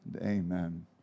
amen